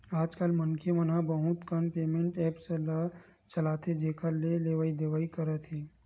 आजकल मनखे मन ह बहुत कन पेमेंट ऐप्स ल चलाथे जेखर ले लेवइ देवइ करत हे